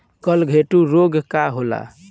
गलघोटू रोग का होला?